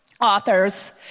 authors